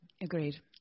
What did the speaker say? Agreed